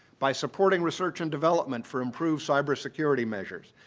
by supporting research and development for improved cyber security measures.